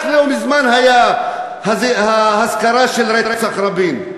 רק לא מזמן היה אזכרה של רצח רבין.